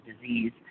disease